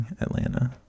Atlanta